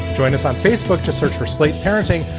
join us on facebook to search for slate parenting.